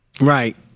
Right